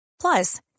Plus